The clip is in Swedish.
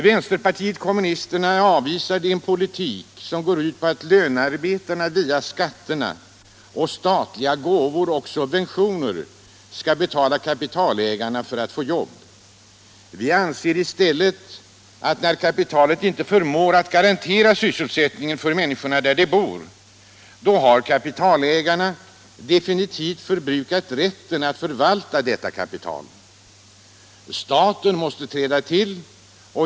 Vänsterpartiet kommunisterna avvisar en politik som går ut på att lönarbetarna via skatterna samt statliga gåvor och subventioner skall betala kapitalägarna för att få jobb. Vi anser i stället, att när kapitalet inte förmår att garantera sysselsättningen för människorna där de bor, så har kapitalägarna definitivt förbrukat rätten att förvalta detta kapital. Då måste staten träda till.